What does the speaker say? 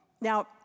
Now